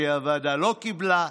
כי הוועדה לא קיבלה,